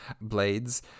blades